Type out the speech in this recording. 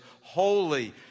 holy